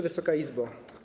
Wysoka Izbo!